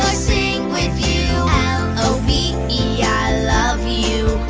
sing with you l o v e, i love you